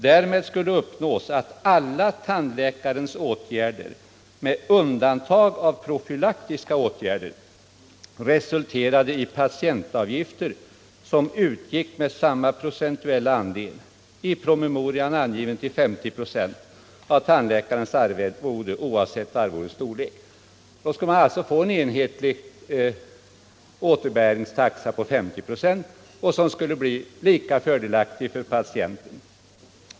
Därmed skulle uppnås att alla tandläkarens åtgärder, med undantag av profylaktiska åtgärder, resulterade i patientavgifter som utgick med samma procentuella andel, i promemorian angiven till 50 96 av tandläkarens arvode, oavsett arvodets storlek. Då skulle man alltså få en enhetlig återbäringstaxa på 50 96, som skulle bli lika fördelaktig för patienten.